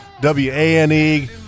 W-A-N-E